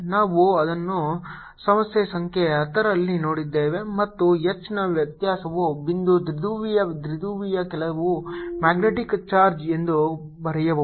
ನಾವು ಅದನ್ನು ಸಮಸ್ಯೆ ಸಂಖ್ಯೆ 10 ರಲ್ಲಿ ನೋಡಿದ್ದೇವೆ ಮತ್ತು H ನ ವ್ಯತ್ಯಾಸವನ್ನು ಬಿಂದು ದ್ವಿಧ್ರುವಿಯ ದ್ವಿಧ್ರುವಿಯ ಕೆಲವು ಮ್ಯಾಗ್ನೆಟಿಕ್ ಚಾರ್ಜ್ ಎಂದು ಬರೆಯಬಹುದು